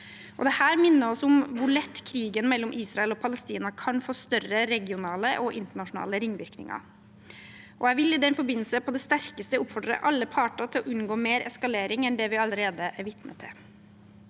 Dette minner oss om hvor lett krigen mellom Israel og Palestina kan få større regionale og internasjonale ringvirkninger. Jeg vil i den forbindelse på det sterkeste oppfordre alle parter til å unngå mer eskalering enn det vi allerede er vitne til.